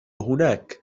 هناك